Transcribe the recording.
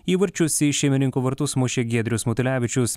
įvarčius į šeimininkų vartus mušė giedrius matulevičius